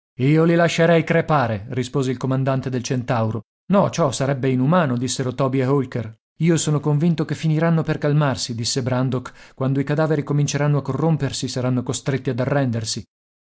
io li lascerei crepare rispose il comandante del centauro no ciò sarebbe inumano dissero toby e holker io sono convinto che finiranno per calmarsi disse brandok quando i cadaveri cominceranno a corrompersi saranno costretti ad arrendersi